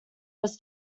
was